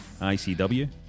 ICW